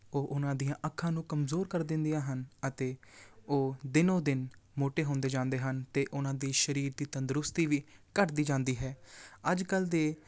ਉਹ ਉਹਨਾਂ ਦੀਆਂ ਅੱਖਾਂ ਨੂੰ ਕਮਜ਼ੋਰ ਕਰ ਦਿੰਦੀਆਂ ਹਨ ਅਤੇ ਉਹ ਦਿਨੋ ਦਿਨ ਮੋਟੇ ਹੁੰਦੇ ਜਾਂਦੇ ਹਨ ਅਤੇ ਉਹਨਾਂ ਦੇ ਸਰੀਰ ਦੀ ਤੰਦਰੁਸਤੀ ਵੀ ਘੱਟਦੀ ਜਾਂਦੀ ਹੈ ਅੱਜ ਕੱਲ ਦੇ